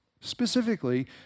Specifically